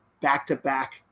back-to-back